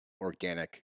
organic